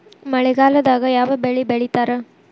ಮಳೆಗಾಲದಾಗ ಯಾವ ಬೆಳಿ ಬೆಳಿತಾರ?